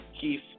Keith